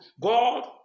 God